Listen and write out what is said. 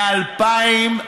מ-2017.